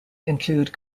include